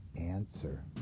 answer